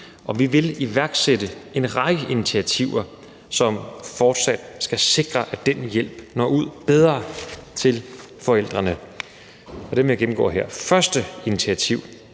Og vi vil iværksætte en række initiativer, som skal sikre, at den hjælp når bedre ud til forældrene. Dem vil jeg gennemgå her. Det første initiativ